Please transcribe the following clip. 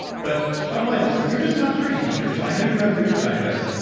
but bottom line is you're just not trained teachers. so i know you read reader's digest,